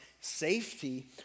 safety